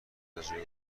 باتجربه